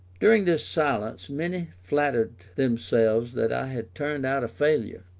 during this silence, many flattered themselves that i had turned out a failure,